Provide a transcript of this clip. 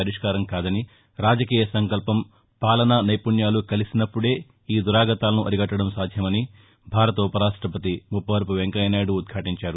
పరిష్కారం కాదని రాజకీయ సంకల్పం పాలనా నైపుణ్యాలు కలిసినప్పుదే ఈ దురాగతాలను అరికట్టడం సాధ్యమని భారత ఉపరాష్టపతి ముప్పవరపు వెంకయ్య నాయుడు ఉదాలించారు